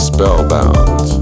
Spellbound